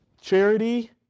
charity